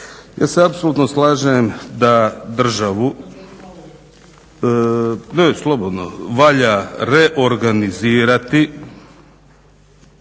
Ja se apsolutno slažem da državu valja reorganizirati.